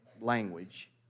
language